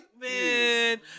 Man